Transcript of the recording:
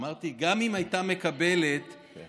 אמרתי: גם אם היא הייתה מקבלת ומוכנה,